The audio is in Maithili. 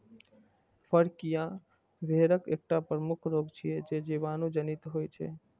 फड़कियां भेड़क एकटा प्रमुख रोग छियै, जे जीवाणु जनित होइ छै